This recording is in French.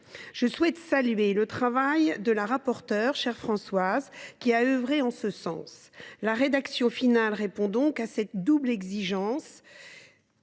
Je souhaite saluer le travail de la rapporteure – chère Françoise Gatel –, qui a œuvré en ce sens. La rédaction finale répond à cette double exigence